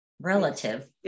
relative